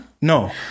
No